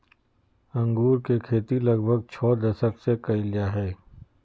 अंगूर के खेती लगभग छो दशक से कइल जा हइ